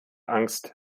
angst